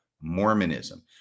mormonism